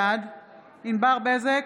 בעד ענבר בזק,